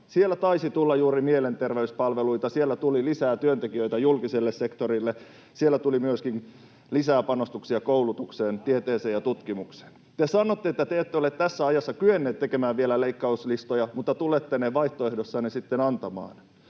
Siellä taisi tulla juuri mielenterveyspalveluita, siellä tuli lisää työntekijöitä julkiselle sektorille, siellä tuli myöskin lisää panostuksia koulutukseen, tieteeseen ja tutkimukseen. [Ben Zyskowicz: Vastustatteko?] Te sanotte, että te ette ole tässä ajassa kyenneet vielä tekemään leikkauslistoja mutta tulette ne vaihtoehdossanne sitten antamaan,